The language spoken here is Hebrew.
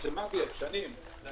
הישיבה